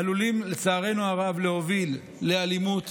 שלצערנו הרב עלולים להוביל לאלימות,